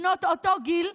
בנות אותו גיל,